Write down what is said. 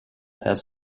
has